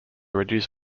reduce